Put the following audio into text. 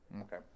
Okay